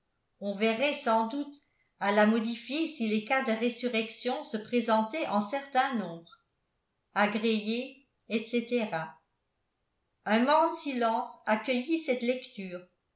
on verrait sans doute à la modifier si les cas de résurrection se présentaient en certain nombre agréez etc un morne silence accueillit cette lecture